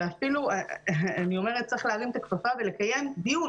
ואפילו אני אומרת שצריך להרים את הכפפה ולקיים דיון